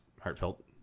heartfelt